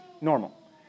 normal